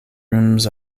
rooms